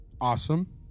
Awesome